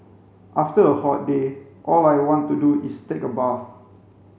after a hot day all I want to do is take a bath